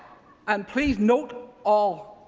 and please note, all,